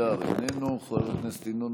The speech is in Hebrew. חבר הכנסת אלי אבידר,